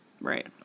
Right